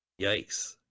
Yikes